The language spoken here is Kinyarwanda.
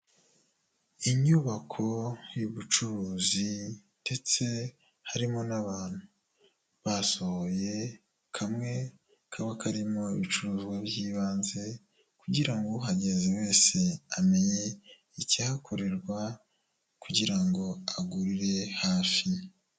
Inyubako y'ubucuruzi ndetse harimo n'abantu, basohoye kamwe kaba karimo ibicuruzwa by'ibanze, kugira ngo uhageze wese, amenye icyahakorerwa kugira ngo agurire hafi.